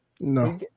no